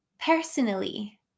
personally